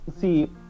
see